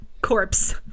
corpse